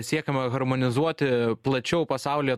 siekiama harmonizuoti plačiau pasaulyje